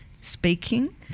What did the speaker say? speaking